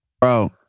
Bro